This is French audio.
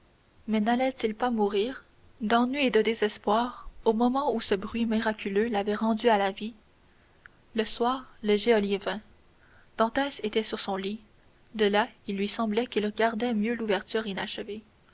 mais n'allait-il pas mourir d'ennui et de désespoir au moment où ce bruit miraculeux l'avait rendu à la vie le soir le geôlier vint dantès était sur son lit de là il lui semblait qu'il gardait mieux l'ouverture inachevée